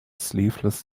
sleeveless